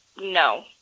no